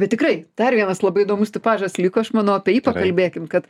bet tikrai dar vienas labai įdomus tipažas lyg aš manau apie jį pakalbėkim kad